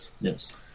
Yes